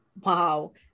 Wow